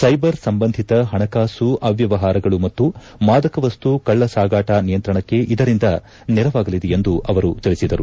cyber ಸಂಬಂಧಿತ ಪಣಕಾಸು ಅವ್ತವಹಾರಗಳು ಮತ್ತು ಮಾದಕವಸ್ತು ಕಳ್ಳ ಸಾಗಾಟ ನಿಯಂತ್ರಣಕ್ಕೆ ಇದರಿಂದ ನೆರವಾಗಲಿದೆ ಎಂದು ಅವರು ತಿಳಿಸಿದ್ದಾರೆ